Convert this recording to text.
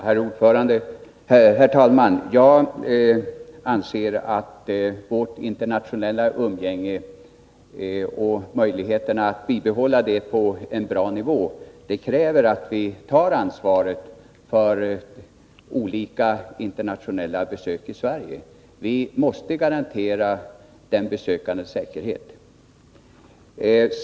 Herr talman! Jag anser att vårt internationella umgänge och möjligheterna att bibehålla det på en bra nivå kräver att vi tar ansvaret för olika internationella besök i Sverige. Vi måste garantera den besökandes säkerhet.